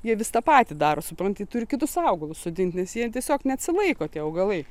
jie vis tą patį daro supranti jie turi kitus augalus sodint nes jie tiesiog neatsilaiko tie augalai